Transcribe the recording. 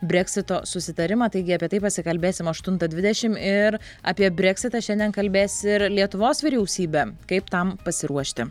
breksito susitarimą taigi apie tai pasikalbėsim aštuntą dvidešim ir apie breksitą šiandien kalbės ir lietuvos vyriausybė kaip tam pasiruošti